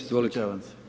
Izvolite.